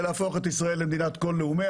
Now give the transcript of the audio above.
ולהפוך את ישראל למדינת כל לאומיה.